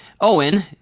Owen